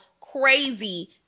crazy